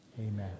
amen